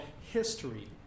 history